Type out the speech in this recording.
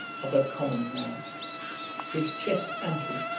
of a common man his chest ample,